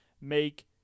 make